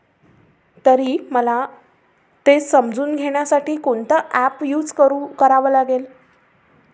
तरी मला ते समजून घेण्यासाठी कोणता ॲप यूज करू करावं लागेल